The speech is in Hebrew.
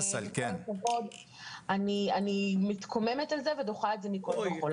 הכבוד אני מתקוממת עליה ודוחה אותה מכול וכול.